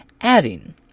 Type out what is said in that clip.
Adding